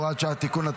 הוראת שעה) (תיקון),